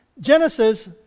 Genesis